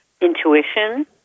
intuition